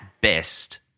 best